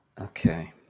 Okay